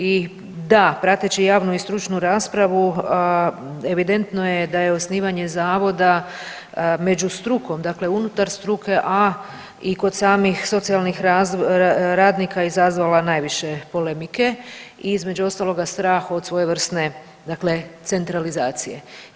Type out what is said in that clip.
I da, prateći javnu i stručnu raspravu evidentno je da je osnivanje zavoda među strukom, dakle unutar struke, a i kod samih socijalnih radnika izazvala najviše polemike i između ostaloga strah od svojevrsne centralizacije.